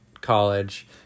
college